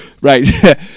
Right